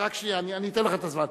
רק שנייה, אני אתן לך את הזמן.